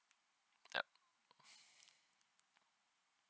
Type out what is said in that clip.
yup